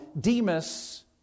Demas